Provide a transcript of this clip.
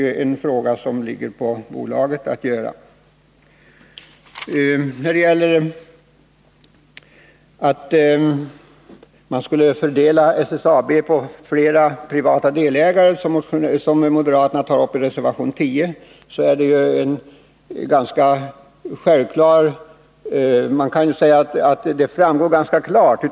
Det är en fråga som bolaget har att ta ställning till. I reservation 10 anför moderaterna att man bör fördela SSAB på flera privata delägare.